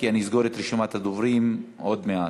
כי אני אסגור את רשימת הדוברים עוד מעט.